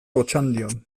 otxandion